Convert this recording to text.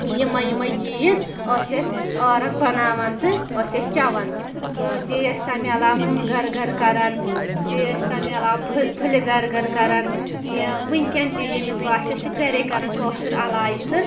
یِمٔے یِمٔے چیٖز ٲسۍ أسۍ عٲرَق بَناوان تہٕ ٲسۍ أسۍ چیٚوان تہٕ بیٚیہِ ٲسۍ تَمہِ علاوٕ نونہٕ گر گر کران بیٚیہِ ٲسۍ تَمہِ علاوٕ پھٕلہِ گر گر کران یا وُنٛکیٚن تہِ ییٚمِس باسہِ أسۍ چھِ گھریٚے کران کٲشُر علاج تہٕ